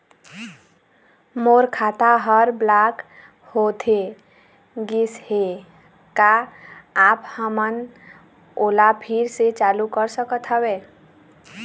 मोर खाता हर ब्लॉक होथे गिस हे, का आप हमन ओला फिर से चालू कर सकत हावे?